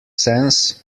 sense